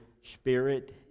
Spirit